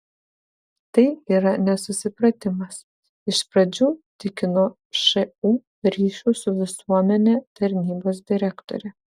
tai yra nesusipratimas iš pradžių tikino šu ryšių su visuomene tarnybos direktorė